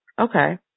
Okay